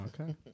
okay